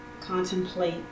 contemplate